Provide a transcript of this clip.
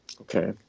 Okay